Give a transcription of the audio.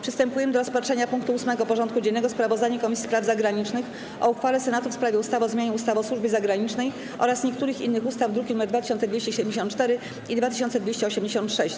Przystępujemy do rozpatrzenia punktu 8. porządku dziennego: Sprawozdanie Komisji Spraw Zagranicznych o uchwale Senatu w sprawie ustawy o zmianie ustawy o służbie zagranicznej oraz niektórych innych ustaw (druki nr 2274 i 2286)